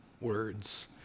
words